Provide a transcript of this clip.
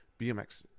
BMX